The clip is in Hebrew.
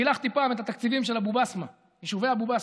פילחתי פעם את התקציבים של יישובי אבו בסמה,